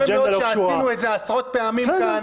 אתה יודע יפה מאוד שעשינו את זה עשרות פעמים כאן,